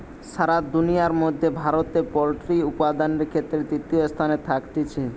সারা দুনিয়ার মধ্যে ভারতে পোল্ট্রি উপাদানের ক্ষেত্রে তৃতীয় স্থানে থাকতিছে